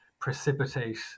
precipitate